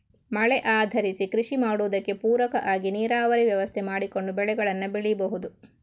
ಮಳೆ ಆಧರಿಸಿ ಕೃಷಿ ಮಾಡುದಕ್ಕೆ ಪೂರಕ ಆಗಿ ನೀರಾವರಿ ವ್ಯವಸ್ಥೆ ಮಾಡಿಕೊಂಡು ಬೆಳೆಗಳನ್ನ ಬೆಳೀಬಹುದು